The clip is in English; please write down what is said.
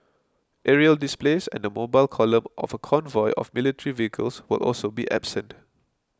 aerial displays and the mobile column of a convoy of military vehicles will also be absent